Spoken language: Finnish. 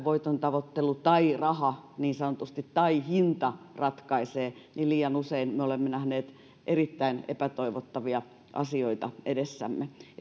voiton tavoittelu tai raha tai hinta ratkaisee olemme liian usein nähneet erittäin epätoivottavia asioita edessämme